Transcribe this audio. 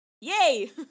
yay